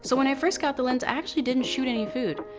so when i first got the lens, i actually didn't shoot any food.